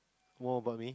more about me